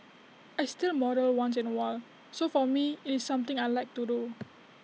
I still model once in A while so for me IT is something I Like to do